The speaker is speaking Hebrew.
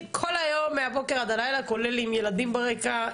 כל היום מהבוקר עד הלילה כולל עם ילדים ברקע.